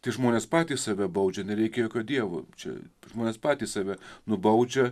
tai žmonės patys save baudžia nereikia jokio dievo čia žmonės patys save nubaudžia